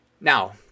Now